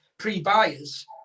pre-buyers